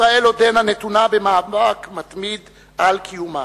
ישראל עודנה נתונה במאבק מתמיד על קיומה.